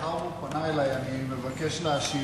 מאחר שהוא פנה אלי אני מבקש להשיב,